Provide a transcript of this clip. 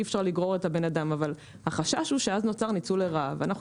אי אפשר לגרור את הבן אדם אבל החשש הוא שאז נוצר ניצול לרעה ואנחנו